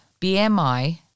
BMI